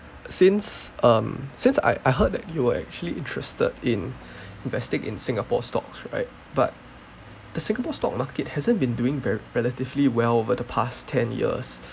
since um since I I heard that you were actually interested in investing in Singapore stocks right but the singapore stock market hasn't been doing very relatively well over the past ten years